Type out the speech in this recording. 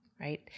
right